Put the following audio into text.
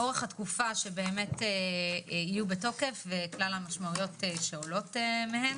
אורך התקופה שהם יהיו בתוקף וכלל המשמעויות שיהיו מהם.